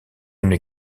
une